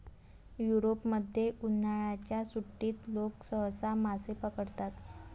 युरोपमध्ये, उन्हाळ्याच्या सुट्टीत लोक सहसा मासे पकडतात